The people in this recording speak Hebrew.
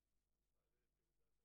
אנחנו באמצעות החוק